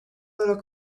little